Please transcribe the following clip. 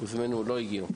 הוזמנו ולא הגיעו.